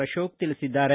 ಅಶೋಕ ತಿಳಿಸಿದ್ದಾರೆ